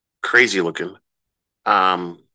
crazy-looking